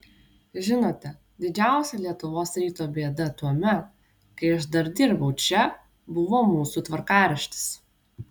žinote didžiausia lietuvos ryto bėda tuomet kai aš dar dirbau čia buvo mūsų tvarkaraštis